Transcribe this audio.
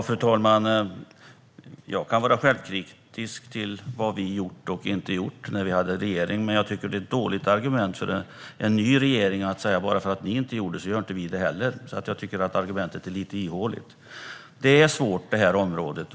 Fru talman! Jag kan vara självkritisk till vad vi gjorde och inte gjorde när vi satt i regeringen. Men jag tycker att det är ett dåligt argument från en ny regering att säga: Bara för att ni inte gjorde detta gör inte vi det heller. Jag tycker att detta argument är lite ihåligt. Detta område är svårt.